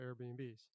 Airbnbs